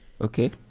Okay